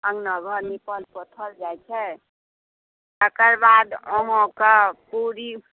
अङ्गना घर नीपल पोतल जाइ छै तकर बाद अहाँके पुरी